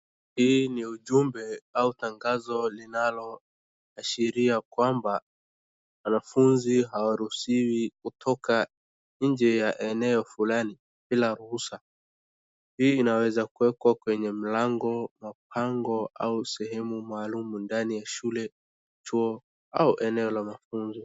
Hii ni ujumbe au tangazo linaloashiria kwamba wanafunzi hawaruhusiwi kutoka nje ya eneo fulani bila ruhusa. Hii inaweza kuwekwa kwenye mlango wa pango au sehemu maalum ndani ya shule, chuo au eneo la mafunzo.